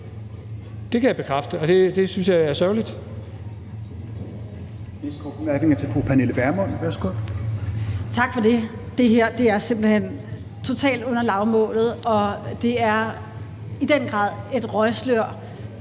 Det kan jeg bekræfte, og det synes jeg er sørgeligt.